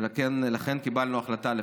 ולכן קיבלנו החלטה לפצל.